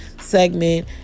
segment